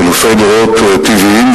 חילופי דורות טבעיים,